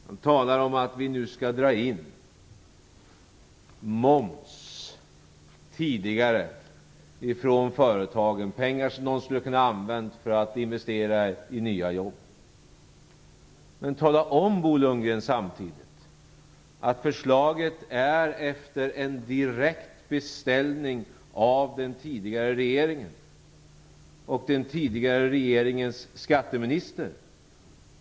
Han talar om att vi nu skall dra in moms tidigare från företagen - pengar som de skulle ha kunnat använda till att investera i nya jobb. Men tala samtidigt om, Bo Lundgren, att förslaget finns efter en direkt beställning av den tidigare regeringen och den tidigare regeringens skatteminister!